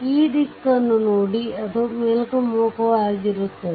ಈ ದಿಕ್ಕನ್ನು ನೋಡಿ ಅದು ಮೇಲ್ಮುಖವಾಗಿರುತ್ತದೆ